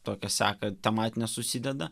tokią seką tematinę susideda